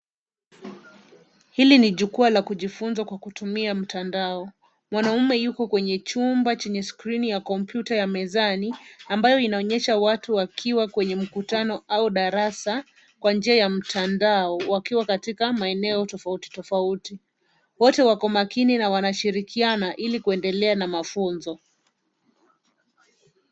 Hili ni jukwaa la kujifunza kwa kutumia mtandao. Mwanaume yuko kwenye chumba chenye skrini ya kompyuta ya mezani, ambao inaonyesha watu wakiwa kwenye mkutano au darasa kwa njia ya mtandao wakiwa katika maeneo tofauti tofauti. Wote wako makini na wanashirikiana ili kuendelea na mafunzo.